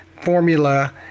formula